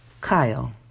Kyle